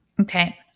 okay